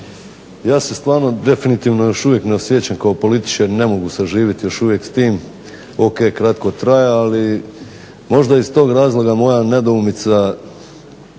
ja se stvarno definitivno još uvijek ne osjećam kao političar i ne mogu saživjeti još uvijek s tim. Ok, kratko traje, ali možda iz tog razloga moja nedoumica